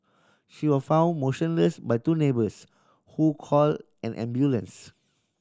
she was found motionless by two neighbours who call an ambulance